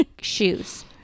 shoes